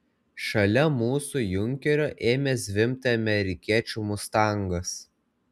šalia mūsų junkerio ėmė zvimbti amerikiečių mustangas